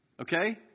okay